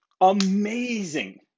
amazing